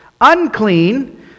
Unclean